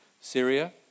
Syria